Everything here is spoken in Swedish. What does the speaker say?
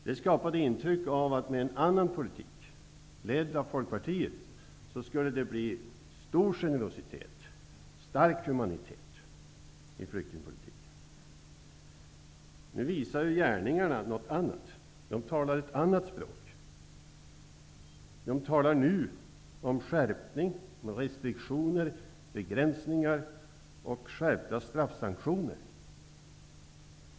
Detta skapade intryck av att det, med en annan politik, ledd av Folkpartiet, skulle bli stor generositet och stark humanitet i flyktingpolitiken. Nu visar gärningarna någonting annat. De talar ett annat språk, dvs. om restriktioner, begränsningar och skärpta straffsanktioner.